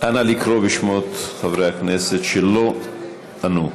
נא לקרוא בשמות חברי הכנסת שלא ענו.